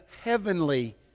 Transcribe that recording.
heavenly